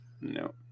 No